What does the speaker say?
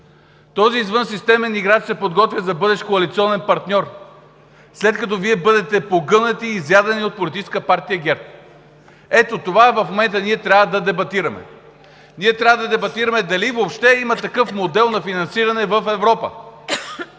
този извънсистемен играч се подготвя за бъдещ коалиционен партньор, след като Вие бъдете погълнати, изядени от Политическа партия ГЕРБ. Ето това в момента ние трябва да дебатираме. Ние трябва да дебатираме дали въобще има такъв модел на финансиране в Европа.